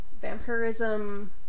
vampirism